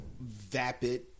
vapid